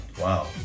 Wow